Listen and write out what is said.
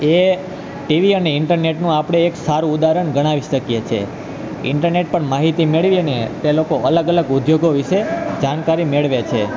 એ TV અને ઈન્ટરનેટનું આપણે એક સારું ઉદાહરણ ગણાવી શકીએ છીએ ઈન્ટરનેટ પર માહિતી મેળવી અને તે લોકો અલગ અલગ ઉદ્યોગ વિસે જાણકારી મેળવે છે